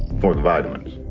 for the vitamins.